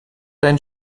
dein